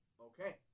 Okay